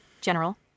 General